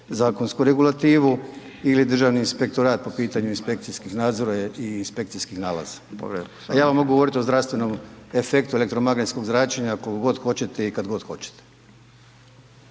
zakonsku regulativu ili Državni inspektorat po pitanju inspekcijskih nadzora i inspekcijskih nalaza a ja mogu govorit o zdravstvenom efektu elektromagnetskog zračenja koliko god hoćete i kad god hoćete.